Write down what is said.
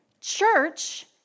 church